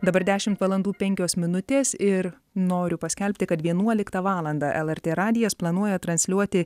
dabar dešimt valandų penkios minutės ir noriu paskelbti kad vienuoliktą valandą lrt radijas planuoja transliuoti